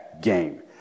game